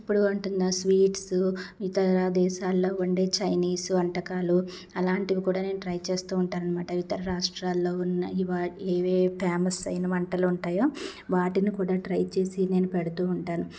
ఇప్పుడు కొంటున్న స్వీట్స్ ఇతర దేశాల్లో వండే చైనీస్ వంటకాలు అలాంటివి కూడా నేను ట్రై చేస్తూ ఉంటాననమాట ఇతర రాష్ట్రాలలో ఉన్న ఏవి ఫేమస్ అయిన వంటలు ఉంటాయో వాటిని కూడా ట్రై చేసి నేను పెడుతూ ఉంటాను